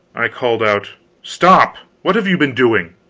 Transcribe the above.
i called out stop! what have you been doing?